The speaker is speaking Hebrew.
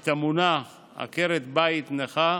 את המונח עקרת בית נכה,